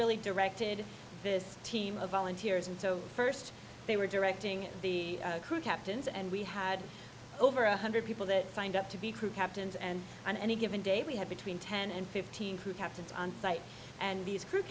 really directed this team of volunteers and so first they were directing the crew captains and we had over one hundred people that signed up to be crew captains and on any given day we had between ten and fifteen crew captains on site and these crew